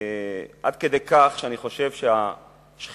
עד כדי כך שאני חושב שהשחיתות